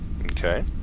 Okay